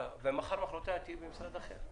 ומחר-מחרתיים תהיי במשרד אחר,